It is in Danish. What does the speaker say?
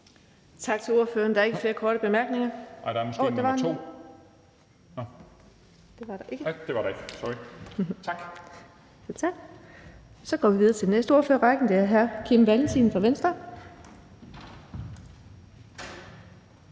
Tak til ordføreren. Der er ikke flere korte bemærkninger.